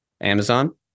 Amazon